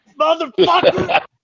Motherfucker